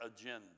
agenda